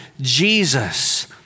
Jesus